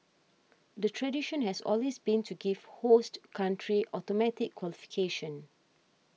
the tradition has always been to give host country automatic qualification